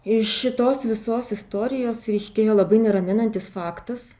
iš šitos visos istorijos ryškėjo labai neraminantis faktas